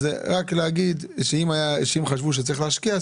אז רק להגיד שאם חשבו שצריך להשקיע,